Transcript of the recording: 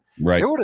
right